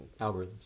Algorithms